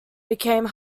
become